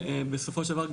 ובסופו של דבר,